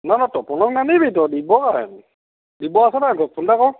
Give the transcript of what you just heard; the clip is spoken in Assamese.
নহয় নহয় তপণক নানিবি তই দিব্য়কে আন দিব্য় আছে নাই ঘৰত ফোন এটা কৰ